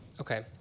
Okay